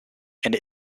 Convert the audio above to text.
and